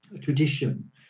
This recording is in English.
tradition